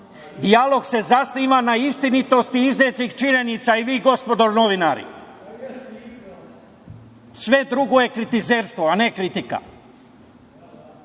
Dijalog se zasniva na istinitosti iznetih činjenica i vi gospodo novinari, sve drugo je kritizerstvo, a ne kritika. Ako